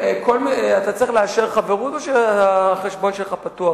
חברות, אתה צריך לאשר חברות או שהחשבון שלך פתוח